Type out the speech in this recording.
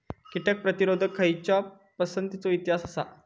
कीटक प्रतिरोधक खयच्या पसंतीचो इतिहास आसा?